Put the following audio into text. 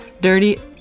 dirty